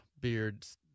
beards